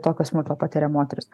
tokio smurto patiria moterys